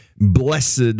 Blessed